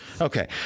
Okay